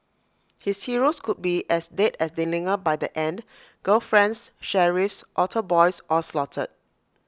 his heroes could be as dead as Dillinger by the end girlfriends sheriffs altar boys all slaughtered